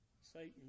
Satan